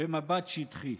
במבט שטחי.